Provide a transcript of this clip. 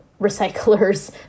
recyclers